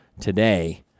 today